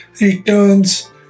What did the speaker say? returns